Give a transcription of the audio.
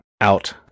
out